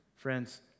Friends